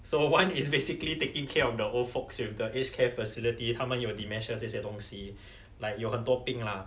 so one is basically taking care of the old folks with the aged care facility 他们有 dementia 这些东西 like 有很多病啦